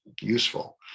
useful